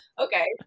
okay